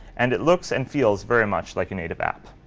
and it looks and feels very much like a native app.